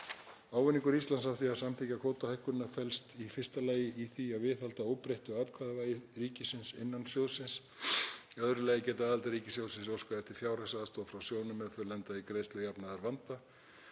Ávinningur Íslands af því að samþykkja kvótahækkunina felst í fyrsta lagi í því að viðhalda óbreyttu atkvæðavægi ríkisins innan sjóðsins. Í öðru lagi geta aðildarríki sjóðsins óskað eftir fjárhagsaðstoð frá sjóðnum ef þau lenda í greiðslujafnaðarvanda.